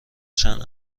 چند